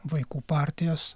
vaikų partijas